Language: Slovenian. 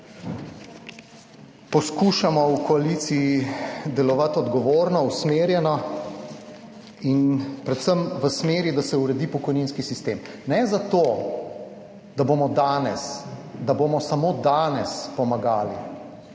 poskušamo v koaliciji delovati odgovorno, usmerjeno in predvsem v smeri, da se uredi pokojninski sistem. Ne zato, da bomo danes, da bomo samo danes pomagali.